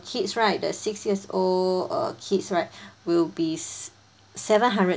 kids right that six years old uh kids right will be s~ seven hundred